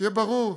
שיהיה ברור,